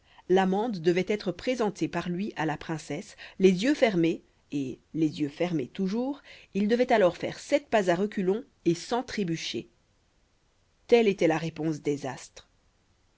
l'amande devait être présentée par lui à la princesse les yeux fermés et les yeux fermés toujours il devait alors faire sept pas à reculons et sans trébucher telle était la réponse